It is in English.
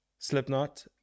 slipknot